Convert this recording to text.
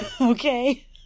Okay